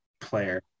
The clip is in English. player